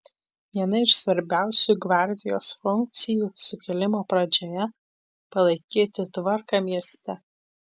viena iš svarbiausių gvardijos funkcijų sukilimo pradžioje palaikyti tvarką mieste